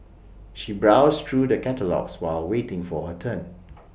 she browsed through the catalogues while waiting for her turn